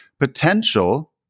potential